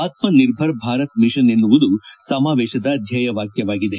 ಆತ್ತ Nirbhar Bharat mission ಎನ್ನುವುದು ಸಮಾವೇಶದ ಧ್ವೇಯವಾಕ್ಣವಾಗಿದೆ